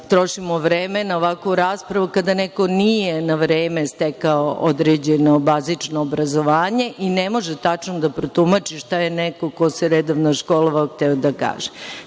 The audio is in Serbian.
trošimo vreme na ovakvu raspravu, a kada neko nije na vreme stekao određeno bazično obrazovanje i ne može tačno da protumači šta je neko, ko se redovno školovao, hteo da kaže. Oni